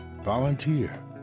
volunteer